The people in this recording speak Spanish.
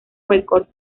records